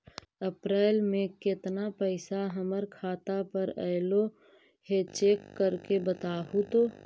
अप्रैल में केतना पैसा हमर खाता पर अएलो है चेक कर के बताहू तो?